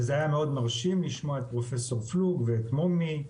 וזה היה מאוד מרשים לשמוע את פרופ' פלוג ואת מומי,